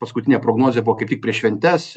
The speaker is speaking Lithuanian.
paskutinė prognozė buvo kaip tik prieš šventes